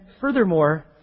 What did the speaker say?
furthermore